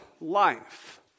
life